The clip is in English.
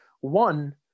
one